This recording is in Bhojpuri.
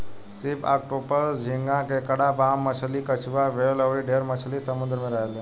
सीप, ऑक्टोपस, झींगा, केकड़ा, बाम मछली, कछुआ, व्हेल अउर ढेरे मछली समुंद्र में रहेले